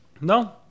No